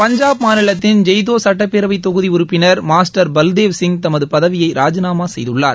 பஞ்சாப் மாநிலத்தின் ஜெய்த்தோ சட்டப்பேரவைத் தொகுதி உறுப்பினர் மாஸ்டர் பல்தேவ் சிங் தமது பதவியை ராஜிநாமா செய்துள்ளார்